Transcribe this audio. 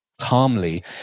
calmly